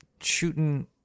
shooting